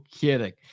kidding